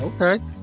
Okay